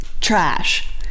trash